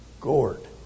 gourd